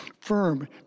Firm